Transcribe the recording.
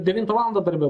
devintą valandą darbe